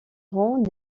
rang